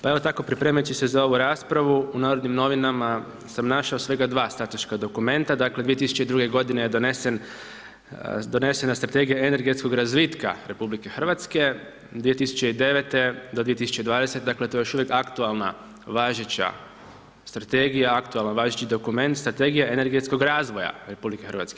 Pa evo, tako pripremajući se za ovu raspravu, u Narodnim novinama, sam našao svega 2 strateška dokumenta, dakle, 2002. g. je donesena strategija energetskog razvitka RH, 2009.-2020. dakle to je još uvijek aktualna važeća strategija, aktualni važeći dokument, strategija energetskog razvoja RH.